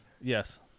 yes